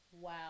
Wow